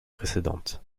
précédente